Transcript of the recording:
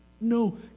no